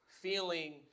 feeling